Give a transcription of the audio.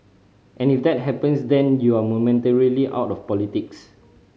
and if that happens then you're momentarily out of politics